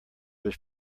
was